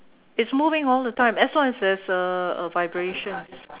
it's moving all the time as long as there's a a vibration